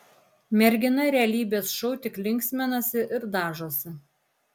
mergina realybės šou tik linksminasi ir dažosi